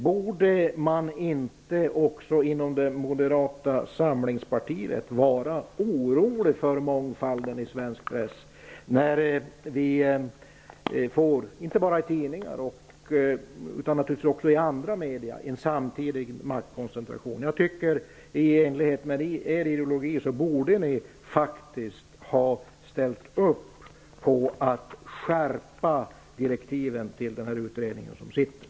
Borde man inte också inom Moderata samlingspartiet oroa sig för mångfalden i svensk press? Vi får ju, inte bara i tidningar utan också i andra medier, en samtidig maktkoncentration. I enlighet med moderaternas ideologi borde ni faktiskt ha ställt upp på förslaget att skärpa utredningens direktiv.